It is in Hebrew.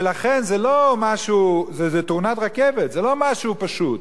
ולכן זו תאונת רכבת, זה לא משהו פשוט,